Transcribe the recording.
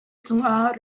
cungah